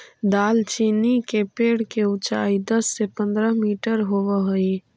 दालचीनी के पेड़ के ऊंचाई दस से पंद्रह मीटर होब हई